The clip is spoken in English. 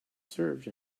served